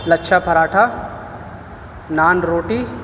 لچھا پراٹھا نان روٹی